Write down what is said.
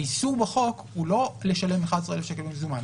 האיסור בחוק הוא לא לשלם 11,000 שקל במזומן,